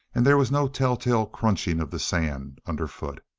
and there was no telltale crunching of the sand underfoot.